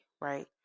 Right